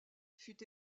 fut